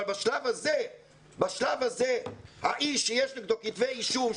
אבל בשלב הזה האיש שיש נגדו כתבי אישום,